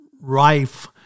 rife